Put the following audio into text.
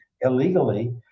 illegally